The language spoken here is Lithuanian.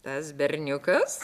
tas berniukas